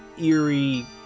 eerie